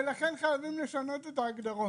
ולכן חייבים לשנות את ההגדרות.